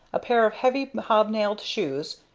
a pair of heavy hobnailed shoes,